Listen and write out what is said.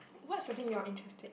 what's something you are interested